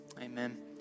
amen